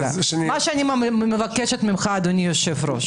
אני מבקשת ממך אדוני היושב-ראש